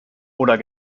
oder